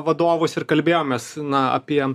vadovus ir kalbėjomės na apie